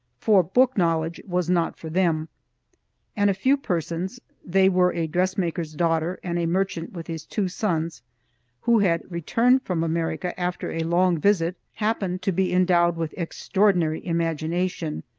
for book-knowledge was not for them and a few persons they were a dressmaker's daughter, and a merchant with his two sons who had returned from america after a long visit, happened to be endowed with extraordinary imagination,